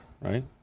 right